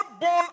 born